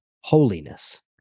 holiness